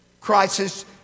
crisis